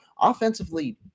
offensively